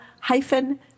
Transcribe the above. hyphen